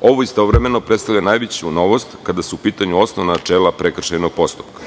Ovo istovremeno predstavlja najveću novost kada su u pitanju osnovna načela prekršajnog postupka.